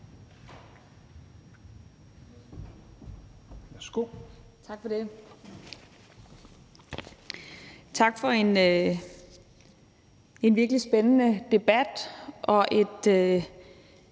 Tak for en virkelig spændende debat og et